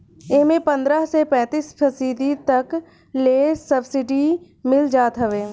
एमे पन्द्रह से पैंतीस फीसदी तक ले सब्सिडी मिल जात हवे